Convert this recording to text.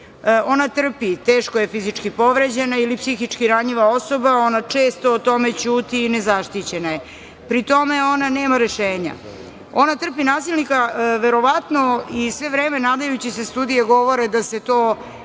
Ona trpi, teško je fizički povređena ili psihički ranjiva osoba. Ona često o tome ćuti i nezaštićena je. Pri tome, ona nema rešenja. Ona trpi nasilnika, verovatno i sve vreme nadajući se, studije govore, da se to